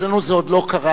אצלנו זה עוד לא קרה,